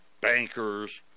Bankers